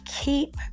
keep